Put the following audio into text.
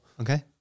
Okay